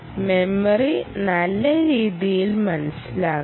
memory നല്ല രീതിയിൽ മനസ്സിലാക്കണം